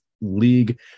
league